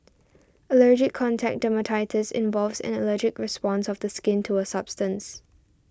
allergic contact dermatitis involves an allergic response of the skin to a substance